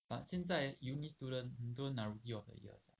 but 现在 uni student 很多拿 rookie of the year sia